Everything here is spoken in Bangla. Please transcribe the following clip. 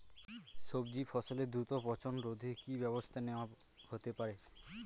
সবজি ফসলের দ্রুত পচন রোধে কি ব্যবস্থা নেয়া হতে পারে?